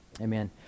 Amen